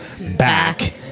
back